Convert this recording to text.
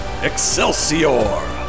Excelsior